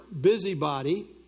busybody